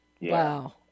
Wow